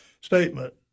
statement